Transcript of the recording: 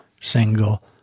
single